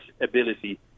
ability